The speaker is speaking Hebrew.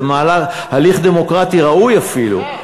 זה הליך דמוקרטי ראוי אפילו.